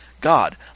God